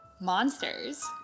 Monsters